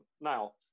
Now